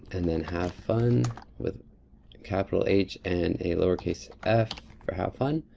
and then have fun with capital h, and a lower case f for have fun.